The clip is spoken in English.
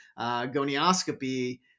gonioscopy